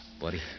Buddy